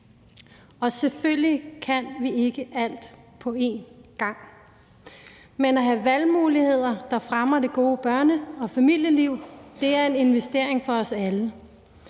Selvfølgelig kan vi ikke alt på én gang, men at have valgmuligheder, der fremmer det gode børne- og familieliv, er en investering for os alle.